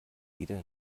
jeder